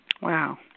Wow